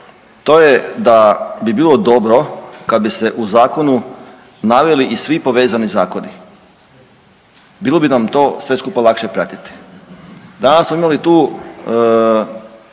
to je da bi bilo dobro kad bi se u Zakonu naveli i svi povezani Zakoni. Bilo bi nam to sve skupa lakše pratiti. Danas smo imali tu